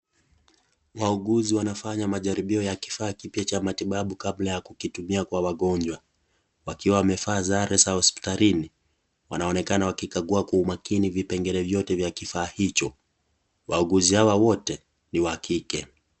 Wauguzi wanafanya majaribio ya kifaa kipya cha matibabu kabla ya kukitumia kwa wagonjwa, wakiwa wamevaa sare za hospitalini, wanaonekna wakikagua kwa umakini vipengele vyote vya kifaa hicho, wauguzi hawa wote ni wa kike.